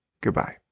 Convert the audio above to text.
Goodbye